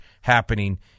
happening